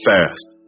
Fast